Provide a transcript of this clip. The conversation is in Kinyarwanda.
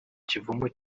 kivumu